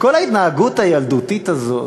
כל ההתנהגות הילדותית הזאת,